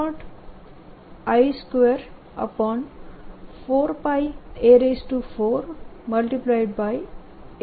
a44 આપે છે